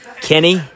Kenny